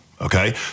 okay